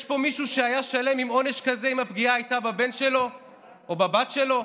יש פה מישהו שהיה שלם עם עונש כזה אם הפגיעה הייתה בבן שלו או בבת שלו?